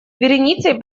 вереницей